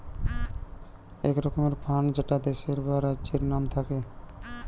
এক রকমের ফান্ড যেটা দেশের বা রাজ্যের নাম থাকে